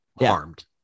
harmed